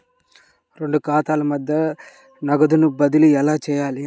రెండు ఖాతాల మధ్య నగదు బదిలీ ఎలా చేయాలి?